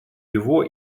его